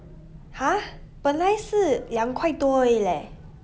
!huh! 本来是两块多而已 leh